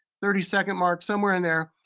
thirty second mark, somewhere in there,